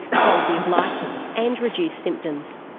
quality of life and reduced symptoms.